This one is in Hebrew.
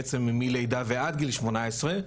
בעצם מלידה ועד גיל שמונה עשרה.